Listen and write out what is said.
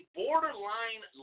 borderline